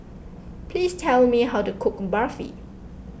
please tell me how to cook Barfi